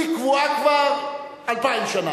היא קבועה כבר אלפיים שנה,